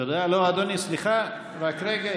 אדוני, סליחה, רק רגע.